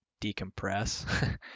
decompress